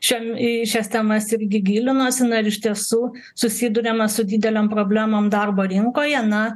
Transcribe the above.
šiam į šias temas irgi gilinuosi na ir iš tiesų susiduriama su didelėm problemom darbo rinkoje na